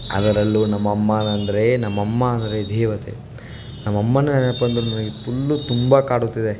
ಅದರಲ್ಲೂ ನಮ್ಮ ಅಮ್ಮ ಅಂದರೆ ನಮ್ಮ ಅಮ್ಮ ಅಂದರೆ ದೇವತೆ ನಮ್ಮ ಅಮ್ಮನ ನೆನಪಂದ್ರೆ ನನಗೆ ಪುಲ್ಲು ತುಂಬ ಕಾಡುತ್ತಿದೆ